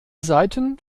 seiten